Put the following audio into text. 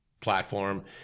platform